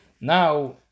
Now